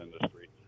industry